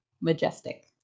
majestic